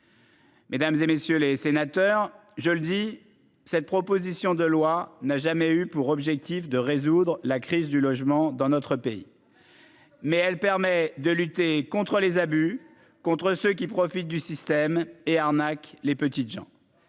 Mesdames, et messieurs les sénateurs, je le dis, cette proposition de loi n'a jamais eu pour objectif de résoudre la crise du logement dans notre pays. Mais elle permet de lutter contre les abus, contre ceux qui profitent du système et arnaques les petites gens.